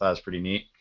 was pretty neat.